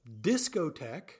discotheque